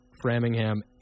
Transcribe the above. Framingham